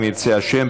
אם ירצה השם,